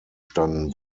standen